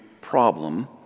problem